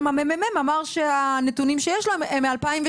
הממ"מ אמר שהנתונים שיש להם הם רק מ-2016,